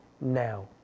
now